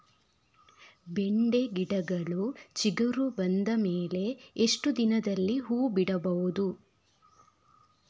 ಬೆಂಡೆ ಗಿಡಗಳು ಚಿಗುರು ಬಂದ ಮೇಲೆ ಎಷ್ಟು ದಿನದಲ್ಲಿ ಹೂ ಬಿಡಬಹುದು?